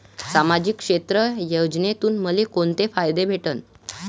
सामाजिक क्षेत्र योजनेतून मले कोंते फायदे भेटन?